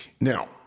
Now